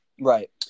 Right